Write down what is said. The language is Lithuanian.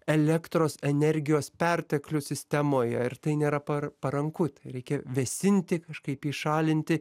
elektros energijos perteklių sistemoje ir tai nėra para paranku tai reikia vėsinti kažkaip jį šalinti